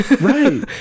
Right